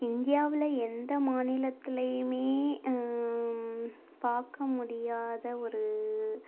இந்தியாவில் எந்த மாநிலத்துலையுமே பார்க்க முடியாத ஒரு